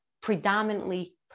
predominantly